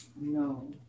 No